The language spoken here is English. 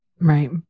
Right